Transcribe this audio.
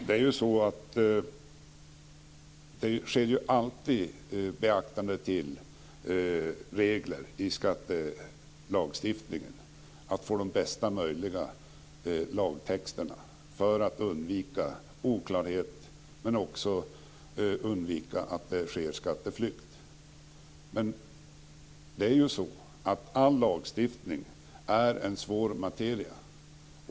Herr talman! Det sker alltid beaktande av reglerna i skattelagstiftningen när det gäller att få de bästa möjliga lagtexterna för att undvika oklarhet men också för att undvika att det sker skatteflykt. Men all lagstiftning är en svår materia.